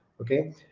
okay